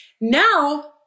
Now